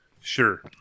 Sure